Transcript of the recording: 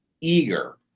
eager